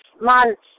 months